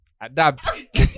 adapt